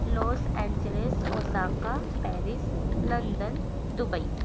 Los Angeles Osaka Paris London Dubai